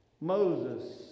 Moses